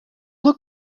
look